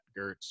gertz